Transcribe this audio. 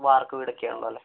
വാർക്ക വീടൊക്കെയാണല്ലോ അല്ലേ